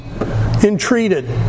entreated